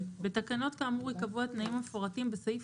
בתקנות ייחוס 55 כאמור ייקבעו התנאים המפורטים בסעיף